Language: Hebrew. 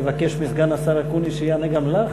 לבקש מסגן השר אקוניס שיענה גם לך,